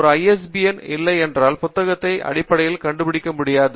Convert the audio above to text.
ஒரு ஐஎஸ்பிஎன் இல்லை என்றால் புத்தகத்தை அடிப்படையில் கண்டுபிடிக்க முடியாது